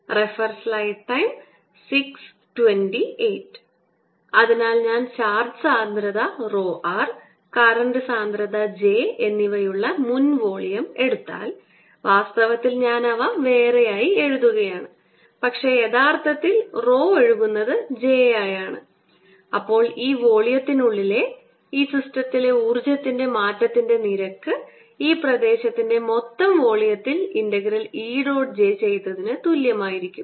j അതിനാൽ ഞാൻ charge സാന്ദ്രത rho r കറൻറ് സാന്ദ്രത j എന്നിവയുള്ള മുൻ വോളിയം വീണ്ടും എടുത്താൽ വാസ്തവത്തിൽ ഞാൻ അവ വേറെയായി എഴുതുകയാണ് പക്ഷേ യഥാർത്ഥത്തിൽ rho r ഒഴുകുന്നത് j ആയാണ് അപ്പോൾ ഈ വോള്യത്തിനുള്ളിലെ ഈ സിസ്റ്റത്തിലെ ഊർജ്ജത്തിന്റെ മാറ്റത്തിന്റെ നിരക്ക് ഈ പ്രദേശത്തിന്റെ മൊത്തം വോള്യത്തിൽ ഇൻ്റഗ്രൽ E ഡോട്ട് J ചെയ്തതിനു തുല്യമായിരിക്കും